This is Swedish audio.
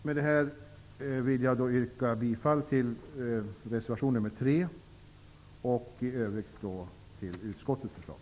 Med det här vill jag yrka bifall till reservation nr 3 och i övrigt till utskottets hemställan.